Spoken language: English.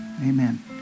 Amen